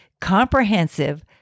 comprehensive